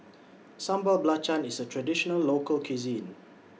Sambal Belacan IS A Traditional Local Cuisine